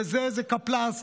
לזה איזה קפלס"ט,